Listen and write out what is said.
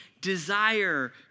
desire